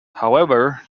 however